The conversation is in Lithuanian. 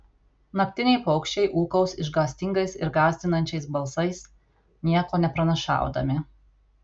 naktiniai paukščiai ūkaus išgąstingais ir gąsdinančiais balsais nieko nepranašaudami